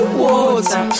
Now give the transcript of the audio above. water